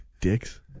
Dicks